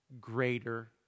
greater